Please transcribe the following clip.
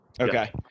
Okay